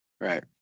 Right